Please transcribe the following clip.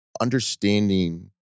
Understanding